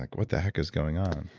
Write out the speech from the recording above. like what the heck is going on?